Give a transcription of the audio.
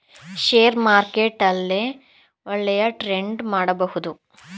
share market ಅಲ್ಲೇ ಒಳ್ಳೆಯ trade ಮಾಡಬಹುದು